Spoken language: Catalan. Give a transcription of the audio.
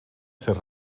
ser